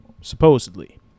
supposedly